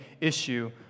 issue